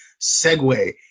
segue